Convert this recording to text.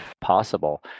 possible